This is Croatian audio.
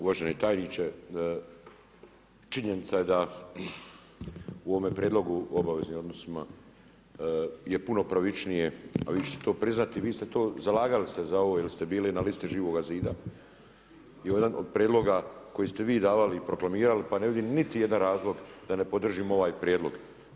Uvaženi tajniče, činjenica je da u ovome prijedlogu o obveznim odnosima je puno pravičnije, a vi ćete to priznati, vi ste se zalagali zaovo jer ste bili na listi Živoga zida i ovo je jedan od prijedloga koji ste vi davali i proklamirali pa ne vidim niti jedan razlog da ne podržimo ovaj prijedlog.